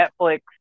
Netflix